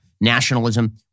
nationalism